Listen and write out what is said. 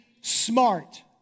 smart